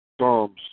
Psalms